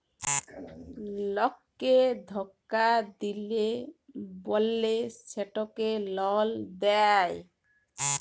লককে ধকা দিল্যে বল্যে সেটকে লল দেঁয়